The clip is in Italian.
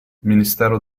ministero